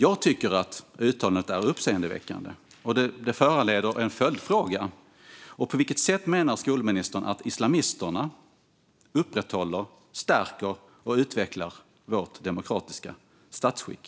Jag tycker att uttalandet är uppseendeväckande. Och det föranleder en följdfråga. På vilket sätt menar skolministern att islamisterna upprätthåller, stärker och utvecklar vårt demokratiska statsskick?